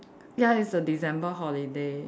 ya it's a December holiday